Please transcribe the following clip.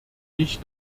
ich